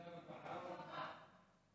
ועדת